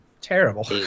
terrible